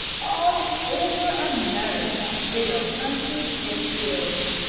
all over america they are hunted and killed.